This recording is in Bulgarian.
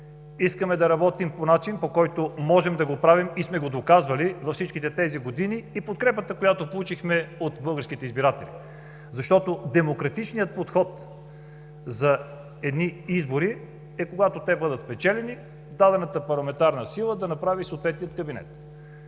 искаме да работим по начин, по който можем да го правим, и сме го доказвали във всичките тези години с подкрепата, която получихме от българските избиратели. Демократичният подход при едни избори е, когато те бъдат спечелени, дадената парламентарна сила да направи съответния кабинет.